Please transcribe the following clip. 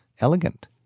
elegant